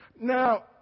now